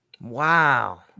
Wow